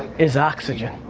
is oxygen.